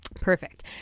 Perfect